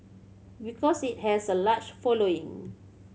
because it has a large following